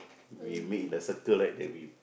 we meet in a circle right then we